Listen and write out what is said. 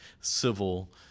civil